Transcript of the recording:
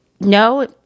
No